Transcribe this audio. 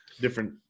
different